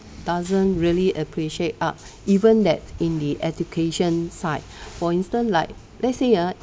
doesn't really appreciate art even that in the education side for instance like let's say ah